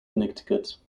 connecticut